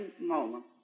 moment